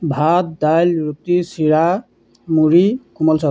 ভাত দাইল ৰুটি চিৰা মুড়ী কোমল চাউল